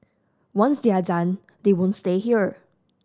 once they are done they won't stay here